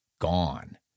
Gone